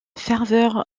ferveur